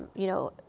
you know,